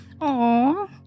Aw